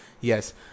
yes